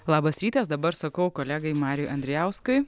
labas rytas dabar sakau kolegai mariui andrijauskui